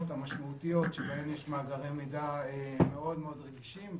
והמשמעותיות שבהם יש מאגרי מידע רגישים מאוד.